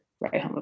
Right